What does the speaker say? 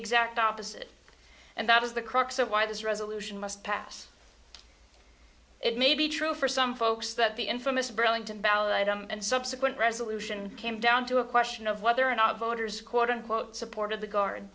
exact opposite and that is the crux of why this resolution must pass it may be true for some folks that the infamous burlington ballot and subsequent resolution came down to a question of whether or not voters quote unquote supported the guard